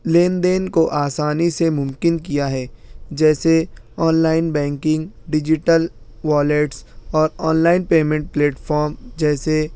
لین دین کو آسانی سے ممکن کیا ہے جیسے online banking digital wallets اور online payment platform جیسے